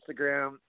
Instagram